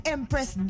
Empress